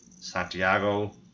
Santiago